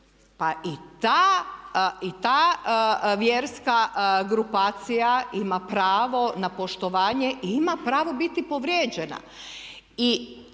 pa i ta vjerska grupacija ima pravo na poštovanje i ima pravo biti povrijeđena